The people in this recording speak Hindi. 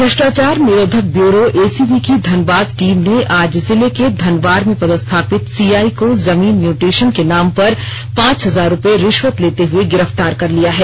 भ्रष्टाचार निरोधक ब्यूरो एसीबी की धनबाद टीम ने आज जिले के धनबार में पदस्थापित सीआई को जमीन म्यूटेशन के नाम पर पांच हजार रूपये रिश्वत लेते हुए गिरफ्तार कर लिया है